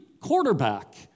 quarterback